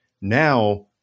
Now